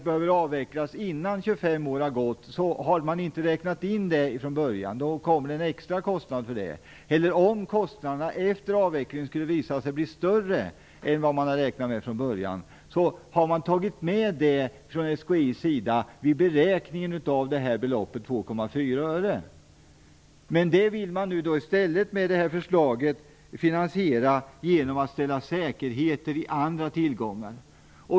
år har gått har man inte räknat in det från början, utan då kommer det en extra kostnad för det. Likaså om kostnaderna efter avveckling skulle visa sig bli större än vad man räknat med från början, har SKI tagit med det i beräkningen av beloppet 2,4 öre. I stället vill man nu med det här förslaget finansiera genom att ställa säkerheter i andra tillgångar.